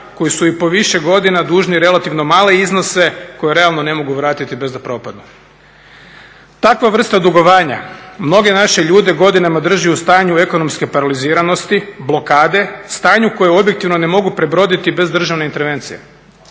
koji su i po više godina dužni relativno male iznose koje realno ne mogu vratiti bez da propadnu. Takva vrsta dugovanja mnoge naše ljude godinama drži u stanju ekonomske paraliziranosti, blokade, stanju koje objektivno ne mogu prebroditi bez državne intervencije,